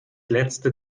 letzte